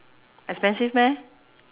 expensive meh